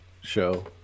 show